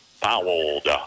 fouled